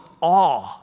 awe